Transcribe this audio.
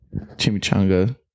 chimichanga